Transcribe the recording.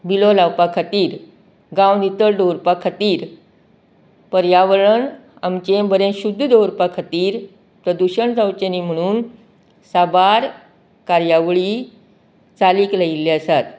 विलो लावपा खातीर गांव नितळ दवरपा खातीर पर्यावरण आमचें बरें शुद्द दवरपा खातीर प्रदुशण जावचें न्ही म्हणून साबार कार्यावळीं चालीक लायिल्ल्यो आसात